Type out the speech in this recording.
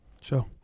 Sure